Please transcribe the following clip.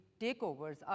takeovers